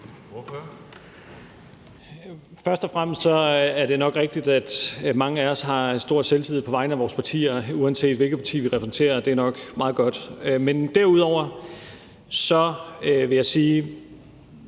Først og fremmest er det nok rigtigt, at mange af os har stor selvtillid på vegne af vores partier, uanset hvilket parti vi repræsenterer – det er nok meget godt. Men derudover vil jeg sige,